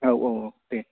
औ औ औ दे